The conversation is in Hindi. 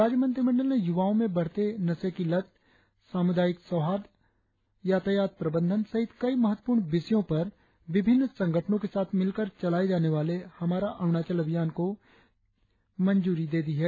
राज्यमंत्रिमंडल ने यूवाओ में बढ़ती नशे की लत सामूदायिक सौहार्द यातायात प्रबंधन सहित कई महत्वपूर्ण विषयों पर विभिन्न संगठनों के साथ मिलकर चलाये जाने वाले हमारा अरुणाचल अभियान को चलाने की मंजूरी दे दी है